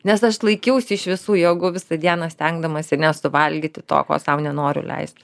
nes aš laikiausi iš visų jėgų visą dieną stengdamasi nesuvalgyti to ko sau nenoriu leisti